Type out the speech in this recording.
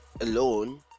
alone